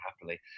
happily